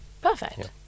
Perfect